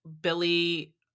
Billy